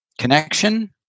connection